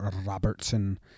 Robertson